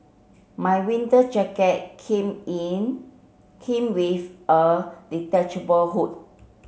my winter jacket came in came with a detachable hood